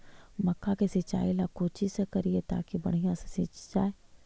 मक्का के सिंचाई ला कोची से करिए ताकी बढ़िया से सींच जाय?